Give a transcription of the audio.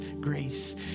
grace